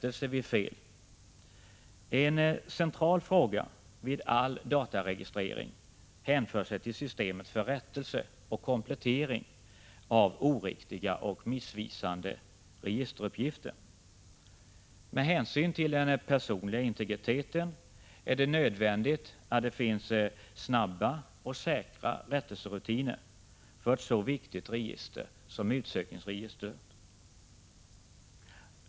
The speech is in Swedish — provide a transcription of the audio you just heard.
En central fråga vid all dataregistrering hänför sig till systemet för rättelse och komplettering av oriktiga och missvisande registeruppgifter. Med hänsyn till den personliga integriteten är det nödvändigt att det finns snabba och säkra rättelserutiner för ett så viktigt register som utsökningsregistret.